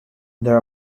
there